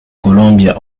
colombia